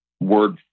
word